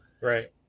right